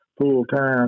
full-time